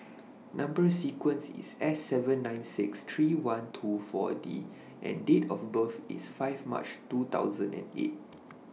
Number sequence IS S seven nine six three one two four D and Date of birth IS five March two thousand and eight